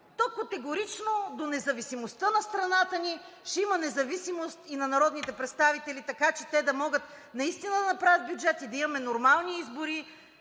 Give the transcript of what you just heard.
то категорично до независимостта на страната ни ще има независимост и на народните представители, така че те да могат наистина да направят бюджет и да имаме нормални избори,